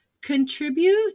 contribute